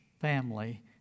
family